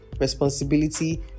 responsibility